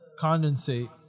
condensate